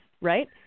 right